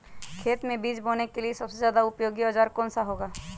खेत मै बीज बोने के लिए सबसे ज्यादा उपयोगी औजार कौन सा होगा?